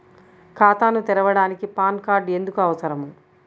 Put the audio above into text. ఖాతాను తెరవడానికి PAN card ఎందుకు అవసరము?